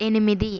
ఎనిమిది